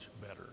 better